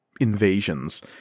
invasions